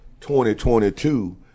2022